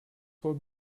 vor